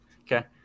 okay